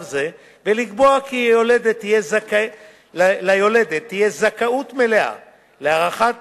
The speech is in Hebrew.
זה ולקבוע כי ליולדת תהיה זכאות מלאה להארכת